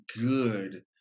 good